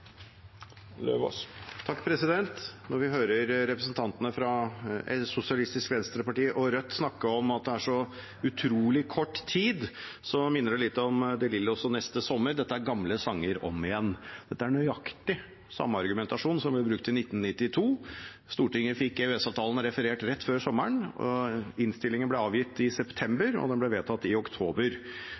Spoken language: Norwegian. Når vi hører representantene fra Sosialistisk Venstreparti og Rødt snakke om at det er så utrolig kort tid, minner det litt om DeLillos og Neste Sommer, dette er «gamle sanger om igjen». Dette er nøyaktig samme argumentasjonen som ble brukt i 1992. Stortinget fikk EØS-avtalen referert rett før sommeren, innstillingen ble avgitt i september, og den ble vedtatt i oktober.